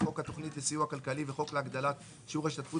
חוק התוכנית לסיוע כלכלי וחוק להגדלת שיעור ההשתתפות